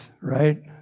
right